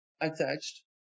attached